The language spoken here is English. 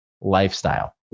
lifestyle